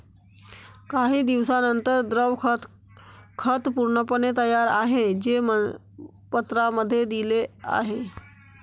काही दिवसांनंतर, द्रव खत खत पूर्णपणे तयार आहे, जे पत्रांमध्ये दिले आहे